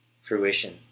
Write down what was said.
fruition